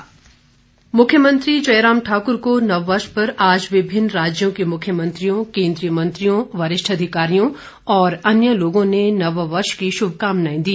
मुख्यमंत्री मुख्यमंत्री जयराम ठाक्र को नववर्ष पर आज विभिन्न राज्यों के मुख्यमंत्रियों केंद्रीय मंत्रियों वरिष्ठ अधिकारियों और अन्यों लोगों ने नववर्ष की शुभकामनाएं दी